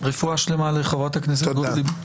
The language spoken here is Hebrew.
רפואה שלמה לחברת הכנסת גוטליב.